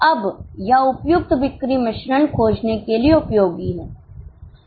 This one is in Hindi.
अब यह उपयुक्त बिक्री मिश्रण खोजने के लिए उपयोगी है